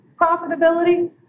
profitability